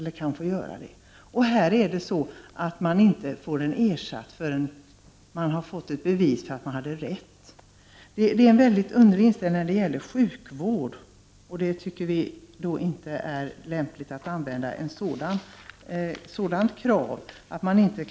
Här är det också så att man inte får utredningen ersatt förrän man har fått det bevisat att man hade rätt. Det är en mycket underlig inställning när det gäller sjukvård, och vi tycker inte det är lämpligt att använda ett sådant krav.